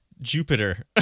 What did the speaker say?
Jupiter